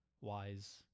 wise